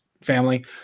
family